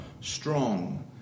strong